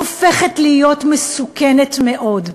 הופכת להיות מסוכנת מאוד.